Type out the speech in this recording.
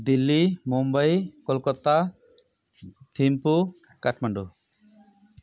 Delhi Mumbai Kolkata Thimphu Kathmandu